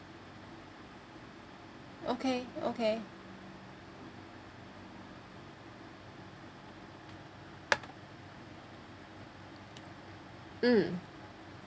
okay okay mm